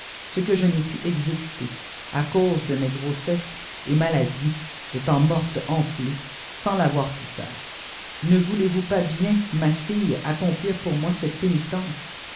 ce que je n'ai pu exécuter à cause de mes grossesses et maladies étant morte enflée sans l'avoir pu faire ne voulez-vous pas bien ma fille accomplir pour moi cette pénitence